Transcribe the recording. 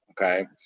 Okay